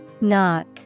Knock